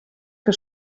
que